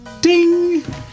Ding